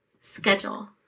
schedule